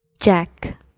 Jack